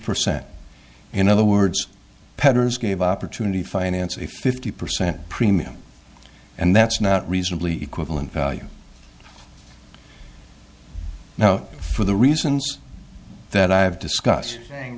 percent in other words petters gave opportunity finance a fifty percent premium and that's not reasonably equivalent value now for the reasons that i have discussed